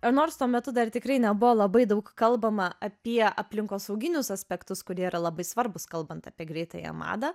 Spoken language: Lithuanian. ir nors tuo metu dar tikrai nebuvo labai daug kalbama apie aplinkosauginius aspektus kurie yra labai svarbūs kalbant apie greitąją madą